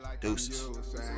Deuces